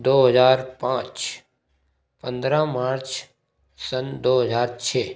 दो हजार पाँच पन्द्रह मार्च सन दो हजार छः